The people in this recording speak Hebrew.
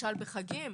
למשל בחגים.